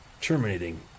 terminating